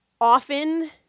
Often